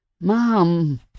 Mom